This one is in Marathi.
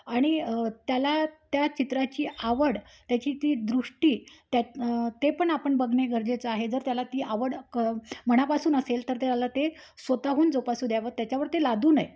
आणि त्याला त्या चित्राची आवड त्याची ती दृष्टी त्यात ते पण आपण बघणे गरजेचं आहे जर त्याला ती आवड क ममापासून न असेल तर त्याला ते स्वतःहून जोपासू द्यावं त्याच्यावरती लादू नये